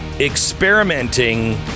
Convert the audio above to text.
experimenting